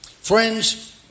Friends